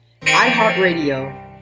iHeartRadio